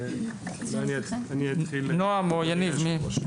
נעם או יניב.